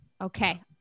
Okay